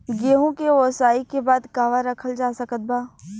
गेहूँ के ओसाई के बाद कहवा रखल जा सकत बा?